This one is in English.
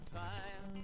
time